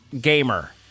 gamer